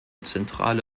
zentrale